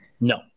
No